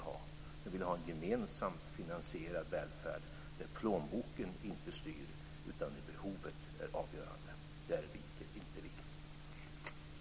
De vill ha en gemensamt finansierad välfärd där inte plånboken styr, utan där behovet är avgörande. Där viker inte vi.